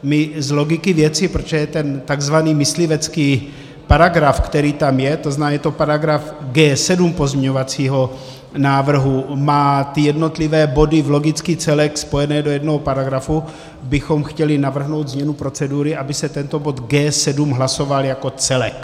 My z logiky věci, protože ten takzvaný myslivecký paragraf, který tam je, to znamená paragraf G7 pozměňovacího návrhu, má jednotlivé body v logický celek spojené do jednoho paragrafu, bychom chtěli navrhnout změnu procedury, aby se tento bod G7 hlasoval jako celek.